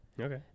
Okay